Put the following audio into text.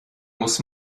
muss